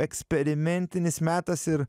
eksperimentinis metas ir